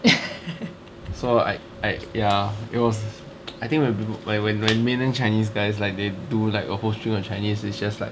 so I I ya it was I think when when mainland chinese guys like they do like a whole string of chinese it's just like